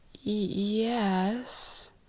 yes